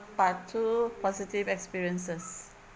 part two positive experiences